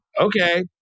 okay